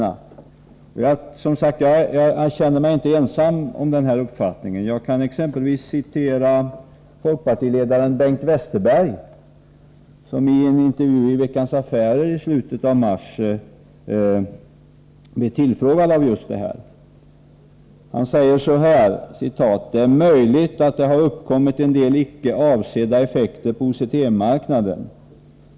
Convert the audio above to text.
Jag känner mig inte ensam om denna uppfattning. Jag kan exempelvis citera folkpartiledaren Bengt Westerberg, som i en intervju i Veckans Affärer i slutet av mars blev tillfrågad om det inte vore rimligt att ha samma förmögenhetsskatteregler för OTC-aktier som för vanliga börsaktier. Han svarade då: ”Det är möjligt att det har uppkommit en del icke avsedda effekter på OTC-marknaden.